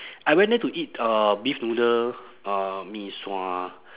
I went there to eat uh beef noodle uh mee sua